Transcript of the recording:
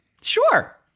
Sure